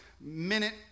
minute